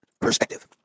perspective